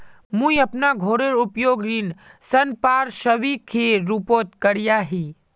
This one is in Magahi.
मुई अपना घोरेर उपयोग ऋण संपार्श्विकेर रुपोत करिया ही